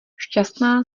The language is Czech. šťastná